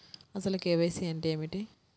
అసలు కే.వై.సి అంటే ఏమిటి?